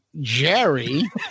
Jerry